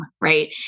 right